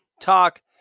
Talk